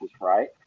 right